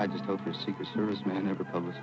i just hope the secret service men never publish